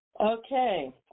Okay